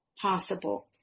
possible